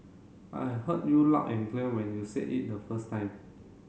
I heard you loud and clear when you said it the first time